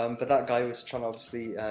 um but that guy was trying to, obviously,